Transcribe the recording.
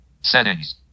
Settings